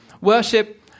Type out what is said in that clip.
Worship